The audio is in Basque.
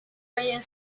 gehien